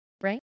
right